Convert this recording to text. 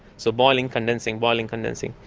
so boiling, condensing, boiling, condensing,